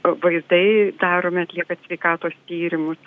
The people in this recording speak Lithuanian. vaizdai daromi atliekant sveikatos tyrimus